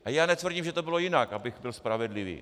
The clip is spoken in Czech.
A já netvrdím, že to bylo jinak, abych byl spravedlivý.